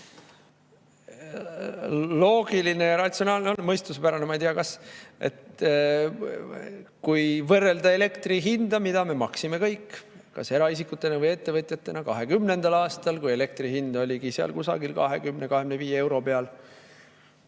Loogiline ja ratsionaalne on, mõistuspärane – ma ei tea. Kui võrrelda elektri hinda, mida me maksime kõik kas eraisikute või ettevõtjatena 2020. aastal, kui elektri hind oli kusagil 20–25 eurot,